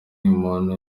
umuntu